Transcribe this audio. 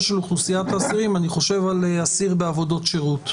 אז לגבי אסירים שמרצים עבודות שירות,